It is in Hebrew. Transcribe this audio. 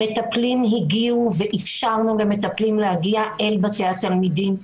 המטפלים הגיעו ואפשרנו למטפלים להגיע אל בתי התלמידים.